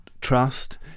trust